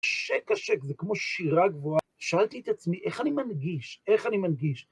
קשה, קשה, זה כמו שירה גבוהה, שאלתי את עצמי, איך אני מנגיש? איך אני מנגיש?